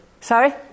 Sorry